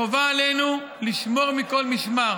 חובה עלינו לשמור מכל משמר